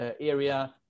area